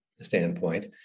standpoint